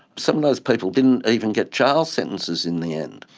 some of those people didn't even get jail sentences in the end.